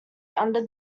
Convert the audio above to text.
under